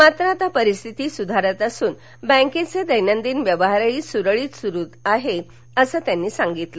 मात्र आता परिस्थिती सुधारत असून बँकेचे दैनंदिन व्यवहारही सुरळीत सुरू आहेत असंही ते म्हणाले